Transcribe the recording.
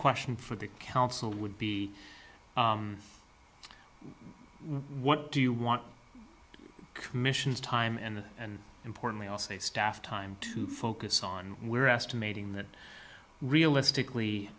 question for the council would be what do you want commissions time and and importantly also a staff time to focus on we're estimating that realistically